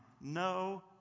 no